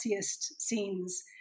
scenes